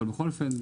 אבל בכל אופן,